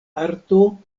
arto